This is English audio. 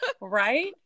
Right